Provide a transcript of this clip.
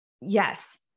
Yes